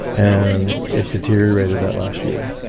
and it deteriorated that last year.